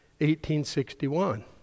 1861